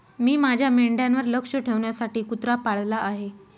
मी माझ्या मेंढ्यांवर लक्ष ठेवण्यासाठी कुत्रा पाळला आहे